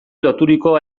loturiko